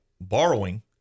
borrowing